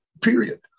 period